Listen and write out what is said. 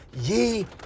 ye